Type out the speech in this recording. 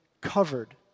covered